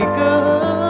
good